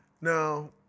Now